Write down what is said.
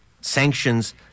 sanctions